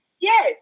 Yes